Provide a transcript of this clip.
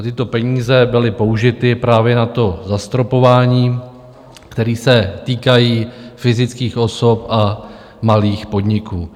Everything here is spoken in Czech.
Tyto peníze byly použity právě na zastropování, které se týká fyzických osob a malých podniků.